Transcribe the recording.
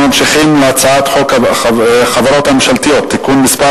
אנחנו ממשיכים להצעת חוק החברות הממשלתיות (תיקון מס'